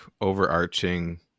overarching